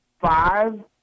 five